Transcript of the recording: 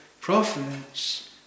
prophets